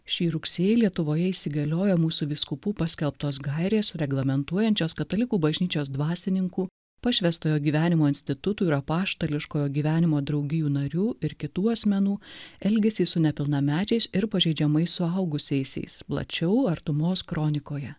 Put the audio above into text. šį rugsėjį lietuvoje įsigaliojo mūsų vyskupų paskelbtos gairės reglamentuojančios katalikų bažnyčios dvasininkų pašvęstojo gyvenimo institutų ir apaštališkojo gyvenimo draugijų narių ir kitų asmenų elgesį su nepilnamečiais ir pažeidžiamais suaugusiaisiais plačiau artumos kronikoje